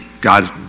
God